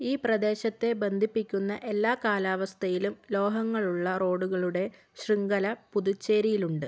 ഈ പ്രദേശത്തെ ബന്ധിപ്പിക്കുന്ന എല്ലാ കാലാവസ്ഥയിലും ലോഹങ്ങളുള്ള റോഡുകളുടെ ശൃംഖല പുതുച്ചേരിയിലുണ്ട്